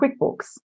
QuickBooks